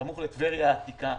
סמוך לטבריה העתיקה,